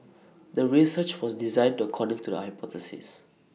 the research was designed to according to the hypothesis